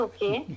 Okay